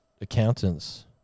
accountants